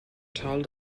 tal